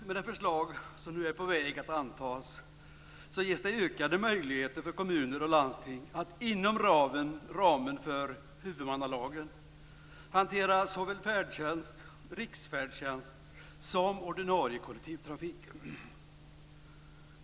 Med det förslag som nu är på väg att antas ges det ökade möjligheter för kommuner och landsting att inom ramen för huvudmannalagen hantera såväl färdtjänst och riksfärdtjänst som ordinarie kollektivtrafik.